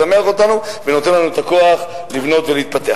משמח אותנו ונותן לנו את הכוח לבנות ולהתפתח.